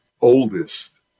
oldest